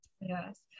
Yes